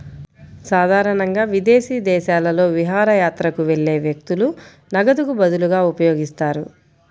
సాధారణంగా విదేశీ దేశాలలో విహారయాత్రకు వెళ్లే వ్యక్తులు నగదుకు బదులుగా ఉపయోగిస్తారు